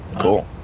Cool